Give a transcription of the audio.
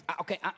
Okay